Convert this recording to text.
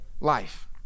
life